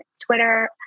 Twitter